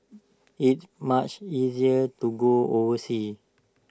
it's much easier to go overseas